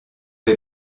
les